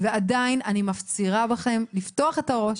ועדיין אני מפצירה בכם לפתוח את הראש,